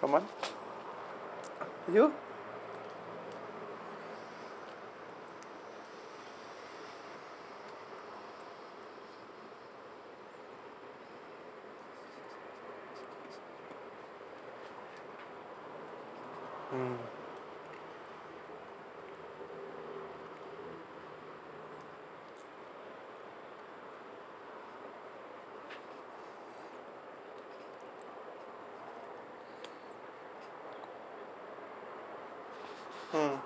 per month you mm mm